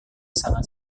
sangat